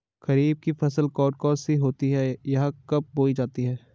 खरीफ की फसल कौन कौन सी होती हैं यह कब बोई जाती हैं?